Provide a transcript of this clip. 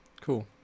cool